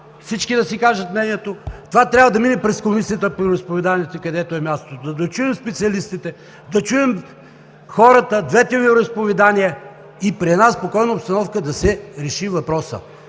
всички да си кажат мнението. Трябва да мине през Комисията по вероизповеданията, където му е мястото, да чуем специалистите, да чуем хората, двете вероизповедания и при една спокойна обстановка да се реши въпросът.